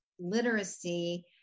literacy